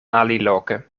aliloke